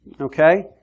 okay